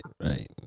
right